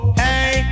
hey